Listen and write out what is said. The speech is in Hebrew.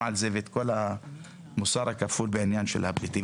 על זה ועל כל המוסר הכפול בעניין של הפליטים.